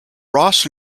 ross